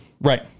Right